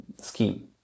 scheme